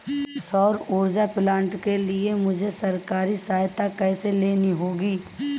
सौर ऊर्जा प्लांट के लिए मुझे सरकारी सहायता कैसे लेनी होगी?